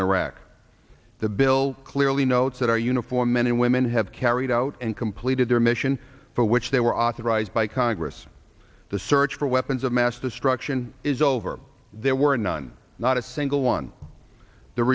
in iraq the bill clearly notes that our uniformed men and women have carried out and completed their mission for which they were authorized by congress the search for weapons of mass destruction is over there were none not a single one the